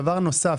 דבר נוסף,